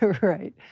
right